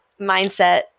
mindset